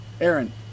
Aaron